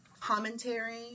commentary